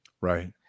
Right